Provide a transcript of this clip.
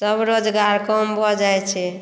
सब रोजगार कम भऽ जाइत छै